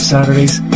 Saturdays